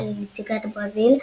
על נציגת ברזיל,